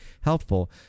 helpful